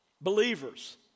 believers